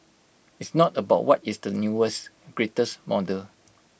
it's not about what is the newest greatest model